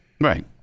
Right